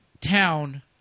town